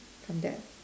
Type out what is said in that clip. from that